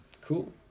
Cool